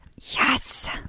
Yes